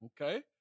okay